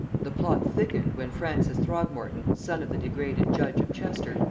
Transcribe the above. the plot thickened when francis throgmorton, son of the degraded judge of chester,